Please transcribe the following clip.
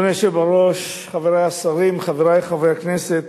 אדוני היושב-ראש, חברי השרים, חברי חברי הכנסת,